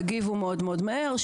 הם הגיבו מאוד-מאוד מהר,